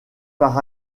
par